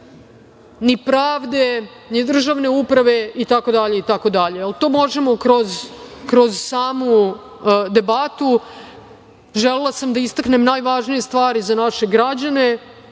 ni pravdu, ni državnu upravu itd. To možemo kroz samu debatu. Želela sam da istaknem najvažnije stvari za naše građane.